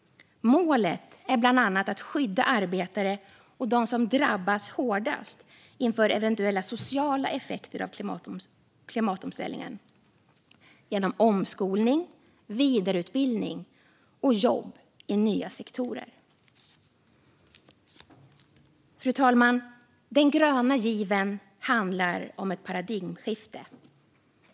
Målet är bland annat att skydda arbetare och dem som drabbas hårdast inför eventuella sociala effekter av klimatomställningen genom omskolning, vidareutbildning och jobb i nya sektorer. Fru talman! Den gröna given handlar om ett paradigmskifte.